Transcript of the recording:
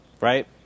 right